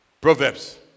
Proverbs